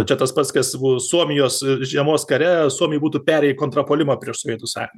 čia tas pats kas buvo suomijos žiemos kare suomiai būtų perėję į kontrapuolimą prieš sovietų sąjungą